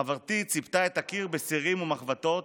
חברתי ציפתה את הקיר בסירים ומחבתות,